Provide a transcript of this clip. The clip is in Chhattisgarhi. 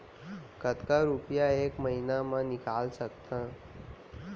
कतका रुपिया एक महीना म निकाल सकथव?